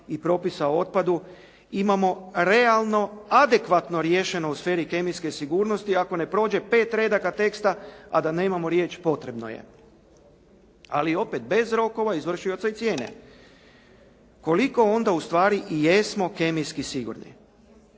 i propisa o otpadu. Imamo realno, adekvatno riješeno u sferi kemijske sigurnosti, ako ne prođe pet redaka teksta, a da nemamo riječ "potrebno je". Ali opet bez rokova, izvršioca i cijene. Koliko onda ustvari i jesmo kemijski sigurni?